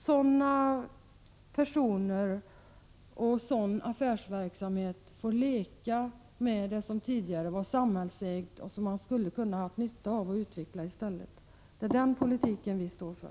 Sådana personer med en sådan affärsverksamhet får leka med det som tidigare var samhällsägt och som man i stället skulle kunna ha haft nytta av att utveckla. Det är en sådan politik vi avvisar.